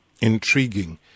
intriguing